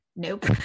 Nope